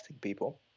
people